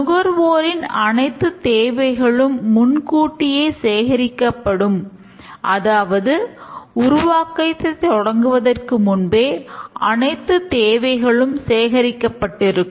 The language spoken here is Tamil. நுகர்வோரின் அனைத்து தேவைகளும் முன் கூட்டியே சேகரிக்கப்படும் அதாவது உருவாக்கத்தை தொடங்குவதற்கு முன்பே அனைத்துத் தேவைகளும் சேகரிக்கப்பட்டு இருக்கும்